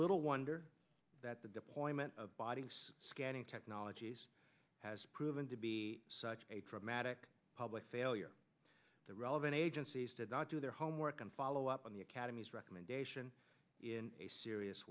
little wonder that the deployment of body scanning technologies has proven to be such a dramatic public failure the relevant agencies did not do their homework and follow up on the academy's recommendation in a serious